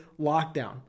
lockdown